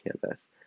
canvas